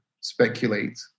speculate